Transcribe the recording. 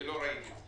לא ראיתי,